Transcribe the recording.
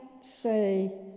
say